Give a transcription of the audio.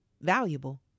valuable